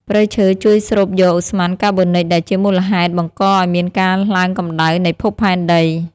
ព្រៃឈើជួយស្រូបយកឧស្ម័នកាបូនិចដែលជាមូលហេតុបង្កឱ្យមានការឡើងកម្ដៅនៃភពផែនដី។